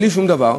בלי שום דבר.